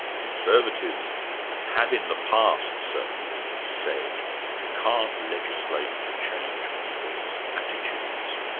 conservatives have in the past, certainly, said you can't legislate to change people's attitudes.